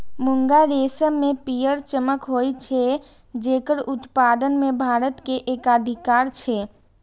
मूंगा रेशम मे पीयर चमक होइ छै, जेकर उत्पादन मे भारत के एकाधिकार छै